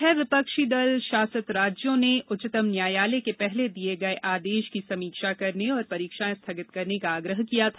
छह विपक्षी दल शासित राज्यों ने उच्चतम न्यायालय के पहले दिए गए आदेश की समीक्षा करने और परीक्षाएं स्थगित करने का आग्रह किया था